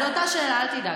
זאת אותה שאלה, אל תדאג.